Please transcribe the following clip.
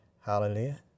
Hallelujah